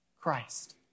Christ